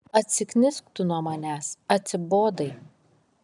atsiknisk tu nuo manęs atsibodai